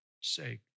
sake